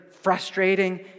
frustrating